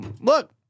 look